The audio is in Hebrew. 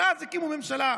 אבל אז הקימו ממשלה,